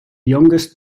youngest